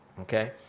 Okay